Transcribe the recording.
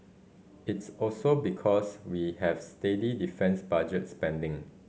it's also because we have steady defence budget spending